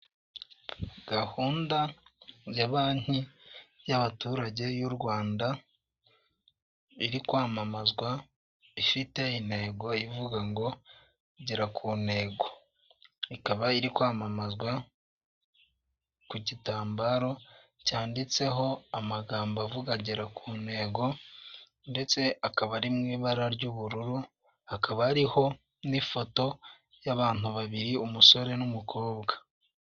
Gahunda ya banki y'abaturage y'u Rwanda iri kwamamazwa ifite intego ivuga ngo "gera ku ntego", ikaba iri kwamamazwa ku gitambaro cyanditseho amagambo avuga "gera ku ntego" ndetse akaba ari mu ibara ry'ubururu, hakaba hariho n'ifoto y'abantu babiri umusore n'umukobwa.